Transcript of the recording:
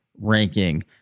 ranking